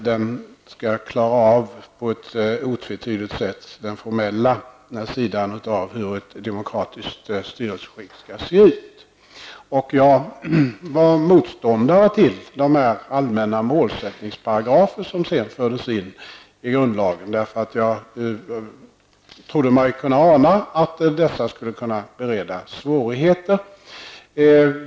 Den skall på ett otvetydigt sätt reglera den formella sidan av hur ett demokratiskt styrelseskick skall se ut. Jag var motståndare till de allmänna målsättningsparagrafer som sedan fördes in i grundlagen, eftersom jag trodde mig kunna ana att dessa skulle bereda svårigheter.